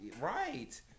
right